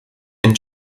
and